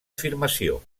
afirmació